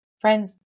Friends